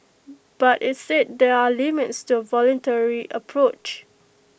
but IT said there are limits to A voluntary approach